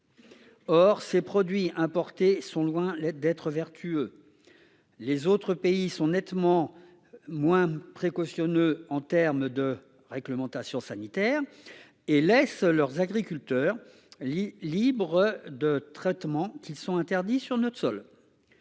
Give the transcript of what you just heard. Or ces produits importés sont loin l'aide d'être vertueux. Les autres pays sont nettement moins précautionneux en terme de réglementation sanitaire et laissent leurs agriculteurs lits libres de traitement qui ils sont interdits sur notre sol.